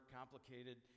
complicated